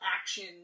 action